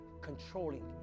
controlling